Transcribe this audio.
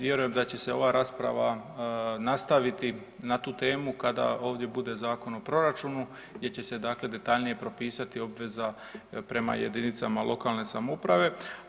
Vjerujem da će se ova rasprava nastaviti na tu temu kada ovdje bude Zakon o proračunu gdje će se detaljnije propisati obveza prema jedinicama lokalne samouprave.